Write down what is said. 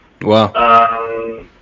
Wow